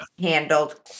handled